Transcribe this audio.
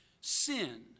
sin